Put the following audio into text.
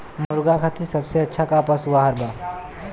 मुर्गा खातिर सबसे अच्छा का पशु आहार बा?